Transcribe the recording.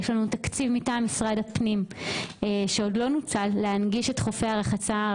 יש לנו תקציב מטעם משרד הפנים שעוד לא נוצל להנגיש את חופי הרחצה.